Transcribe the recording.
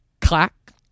Clack